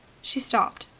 she stopped.